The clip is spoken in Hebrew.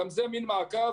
וגם זה מין מעקף.